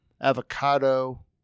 avocado